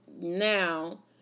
now